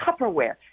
Tupperware